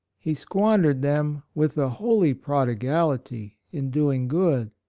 he squandered them with a holy prodi gality in doing good.